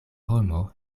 homo